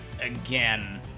again